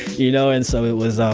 you know. and so it was um